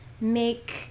make